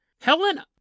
Helen